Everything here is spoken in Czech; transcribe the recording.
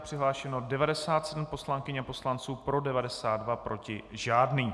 Přihlášeno 97 poslankyň a poslanců, pro 92, proti žádný.